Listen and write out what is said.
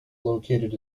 located